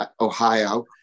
Ohio